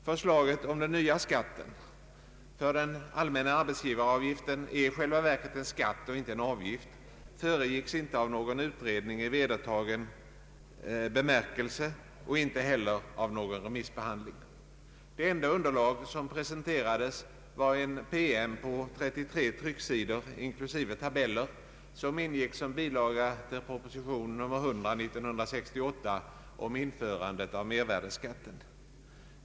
Förslaget om den nya skatten — ty den allmänna arbetsgivaravgiften är i själva verket en skatt och inte en av gift — föregicks inte av någon utredning i vedertagen bemärkelse och inte heller av någon remissbehandling. Det enda underlag som presenterades var en PM på 33 trycksidor inklusive tabeller, som ingick som bilaga till proposition 1968:100 om införandet av mervärdeskatten.